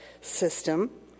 system